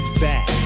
back